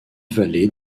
vallée